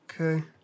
Okay